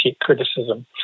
criticism